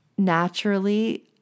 Naturally